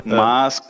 mas